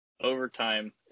overtime